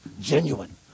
genuine